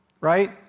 right